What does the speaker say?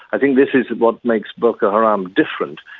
i think this is what makes boko haram different,